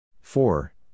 four